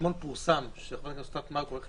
אתמול פורסם שחברת הכנסת אסנת מארק הולכת לבטל.